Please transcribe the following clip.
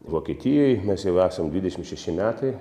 vokietijoj mes jau esam dvidešim šeši metai